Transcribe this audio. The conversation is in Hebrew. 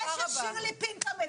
זה נורא שאתם חושבים על הנגשה.